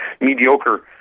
mediocre